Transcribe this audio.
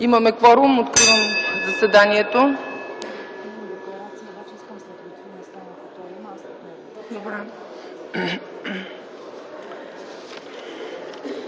Имаме кворум, откривам заседанието.